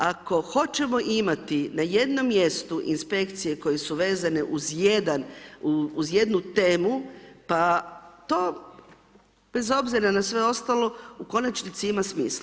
Ako hoćemo imati na jednom mjestu inspekcije koje su vezane uz jednu temu, pa to bez obzira na sve ostalo u konačnici ima smisla.